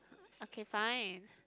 okay fine